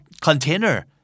container